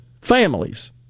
families